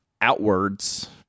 outwards